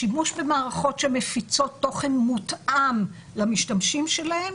השימוש במערכות שמפיצות תוכן מותאם למשתמשים שלהם